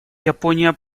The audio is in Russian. япония